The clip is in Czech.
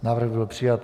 Návrh byl přijat.